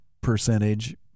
percentage